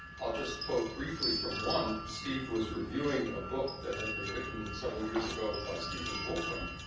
i'll just quote briefly from one. steve was reviewing a book that had been written several years ago by stephen wolfram,